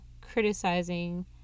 criticizing